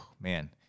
Man